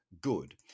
Good